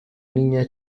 niña